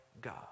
God